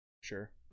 sure